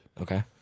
Okay